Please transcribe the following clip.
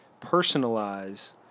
personalize